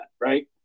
Right